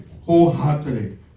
wholeheartedly